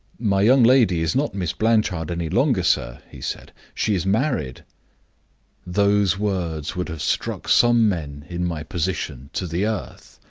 my young lady is not miss blanchard any longer, sir he said. she is married those words would have struck some men, in my position, to the earth.